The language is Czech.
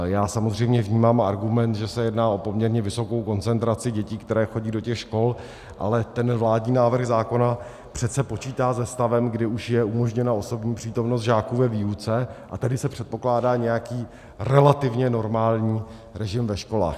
Já samozřejmě vnímám argument, že se jedná o poměrně vysokou koncentraci dětí, které chodí do těch škol, ale ten vládní návrh zákona přece počítá se stavem, kdy už je umožněna osobní přítomnost žáků ve výuce, a tedy se předpokládá nějaký relativně normální režim ve školách.